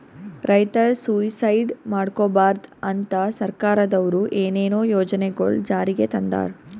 ರೈತರ್ ಸುಯಿಸೈಡ್ ಮಾಡ್ಕೋಬಾರ್ದ್ ಅಂತಾ ಸರ್ಕಾರದವ್ರು ಏನೇನೋ ಯೋಜನೆಗೊಳ್ ಜಾರಿಗೆ ತಂದಾರ್